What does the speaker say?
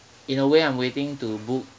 in a way I'm waiting to book